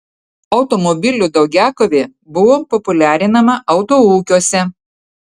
automobilių daugiakovė buvo populiarinama autoūkiuose